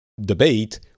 debate